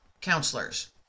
counselors